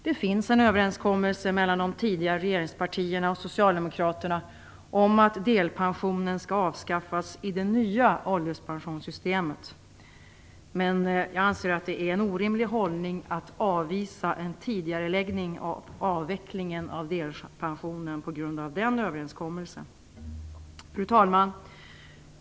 Det finns en överenskommelse mellan de tidigare regeringspartierna och socialdemokraterna om att delpensionen skall avskaffas i det nya ålderspensionssystemet. Men det är en orimlig hållning att avvisa en tidigareläggning av avvecklingen av delpensionen på grund av den överenskommelsen. Fru talman!